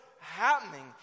happening